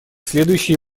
следующие